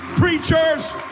Preachers